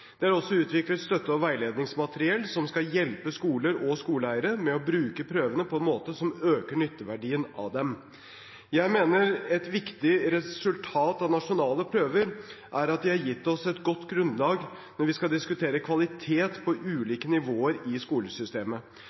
Det er også utviklet støtte- og veiledningsmateriell som skal hjelpe skoler og skoleeiere med å bruke prøvene på en måte som øker nytteverdien av dem. Jeg mener et viktig resultat av nasjonale prøver er at de har gitt oss et godt grunnlag når vi skal diskutere kvalitet på ulike nivåer i skolesystemet.